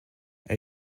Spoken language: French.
elle